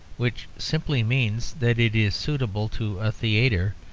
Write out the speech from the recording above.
which simply means that it is suitable to a theatre,